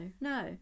no